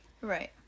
Right